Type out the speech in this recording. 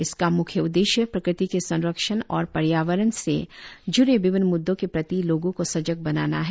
इसका म्ख्य उद्देश्य प्रकृति के संरक्षण और पर्यावरण से ज्ड़े विभिन्न म्द्दों के प्रति लोगों को सजग बनाना है